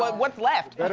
what's left? but